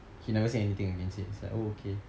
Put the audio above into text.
he never say anything against it he's like oh okay